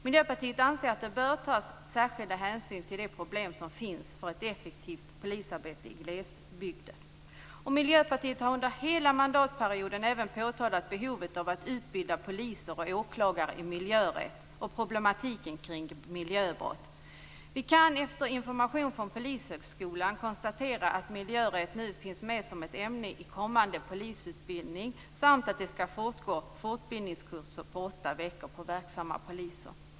Miljöpartiet anser att särskilda hänsyn bör tas till de problem som försvårar ett effektivt polisarbete i glesbygden. Miljöpartiet har under hela mandatperioden även påtalat behovet av att utbilda poliser och åklagare i miljörätt och problematiken kring miljöbrott. Vi kan efter att ha fått information från Polishögskolan konstatera att miljörätt nu finns med som ett ämne i kommande polisutbildning samt att det skall finnas fortbildningskurser på åtta veckor för verksamma poliser.